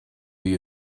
you